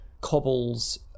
cobbles